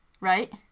right